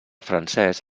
francès